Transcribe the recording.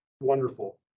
wonderful